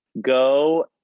go